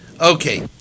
Okay